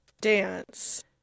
dance